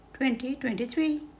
2023